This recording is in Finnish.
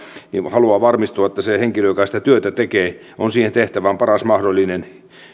haluaa varmistua että se henkilö joka sitä työtä tekee on siihen tehtävään paras mahdollinen